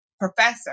professor